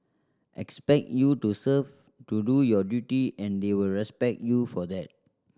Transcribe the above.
expect you to serve to do your duty and they will respect you for that